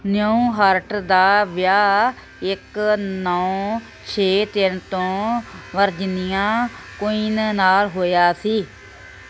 Newhart ਦਾ ਵਿਆਹ ਇੱਕ ਨੌਂ ਛੇ ਤਿੰਨ ਤੋਂ ਵਰਜੀਨੀਆ ਕੂਈਨ ਨਾਲ ਹੋਇਆ ਸੀ